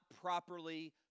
properly